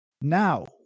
Now